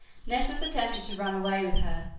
nessus attempted to run away with her,